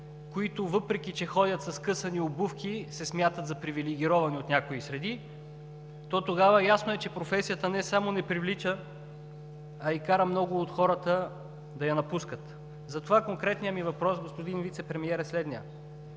които, въпреки че ходят със скъсани обувки, се смятат за привилегировани от някои среди, то тогава е ясно, че професията не само не привлича, а и кара много от хората да я напускат. Затова конкретният ми въпрос, господин Вицепремиер, е следният: